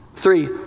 Three